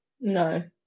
no